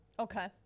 okay